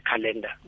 calendar